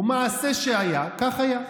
ומעשה שהיה כך היה: